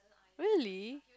really